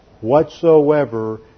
whatsoever